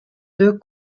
deux